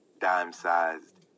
dime-sized